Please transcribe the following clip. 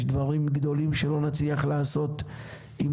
יש דברים גדולים שלא נצליח לעשות אם